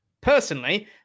personally